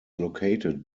located